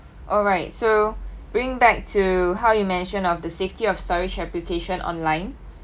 alright so bring back to how you mention of the safety of storage application online